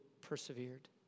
persevered